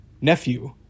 nephew